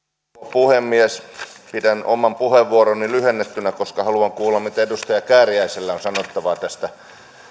puhemies pidän oman puheenvuoroni lyhennettynä koska haluan kuulla mitä edustaja kääriäisellä on sanottavaa tästä